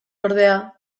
ordea